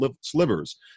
slivers